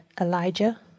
Elijah